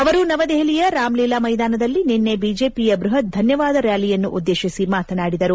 ಅವರು ನವದೆಹಲಿಯ ರಾಮಲೀಲಾ ಮೈದಾನದಲ್ಲಿ ನಿನ್ನೆ ಬಿಜೆಪಿಯ ಬ್ಬಪತ್ ಧನ್ನವಾದ ರ್ನಾಲಿಯನ್ನು ಉದ್ದೇಶಿಸಿ ಮಾತನಾಡಿದರು